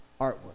artwork